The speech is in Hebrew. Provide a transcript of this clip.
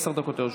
עשר דקות לרשותך.